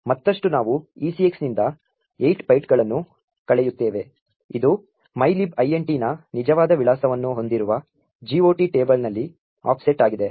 ಮತ್ತಷ್ಟು ನಾವು ECX ನಿಂದ 8 ಬೈಟ್ಗಳನ್ನು ಕಳೆಯುತ್ತೇವೆ ಇದು mylib int ನ ನಿಜವಾದ ವಿಳಾಸವನ್ನು ಹೊಂದಿರುವ GOT ಟೇಬಲ್ನಲ್ಲಿ ಆಫ್ಸೆಟ್ ಆಗಿದೆ